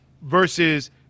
versus